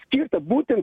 skirta būtent